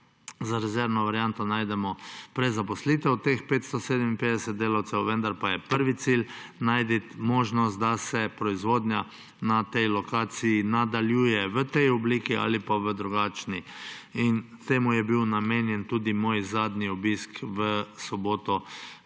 za rezervno varianto najdemo prezaposlitev teh 557 delavcev, vendar pa je prvi cilj najti možnost, da se proizvodnja na tej lokaciji nadaljuje v tej obliki ali pa v drugačni. In temu je bil namenjen tudi moj zadnji obisk v soboto